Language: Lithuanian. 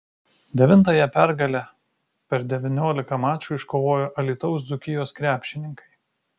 devintąją pergalę per devyniolika mačų iškovojo alytaus dzūkijos krepšininkai